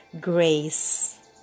grace